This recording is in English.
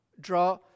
draw